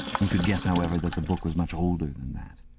he could guess, however, that the book was much older than that.